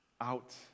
out